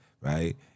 right